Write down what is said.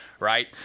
right